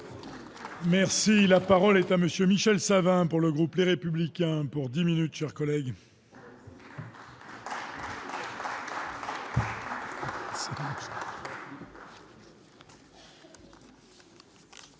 Merci, la parole est à monsieur Michel Savin, pour le groupe Les Républicains pour 2 minutes chers collègues.